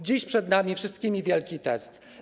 Dziś przed nami wszystkimi wielki test.